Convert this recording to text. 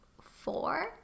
four